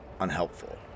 unhelpful